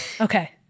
Okay